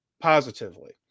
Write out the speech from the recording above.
positively